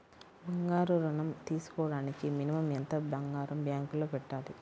బంగారం ఋణం తీసుకోవడానికి మినిమం ఎంత బంగారం బ్యాంకులో పెట్టాలి?